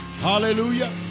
Hallelujah